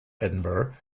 edinburgh